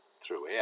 throughout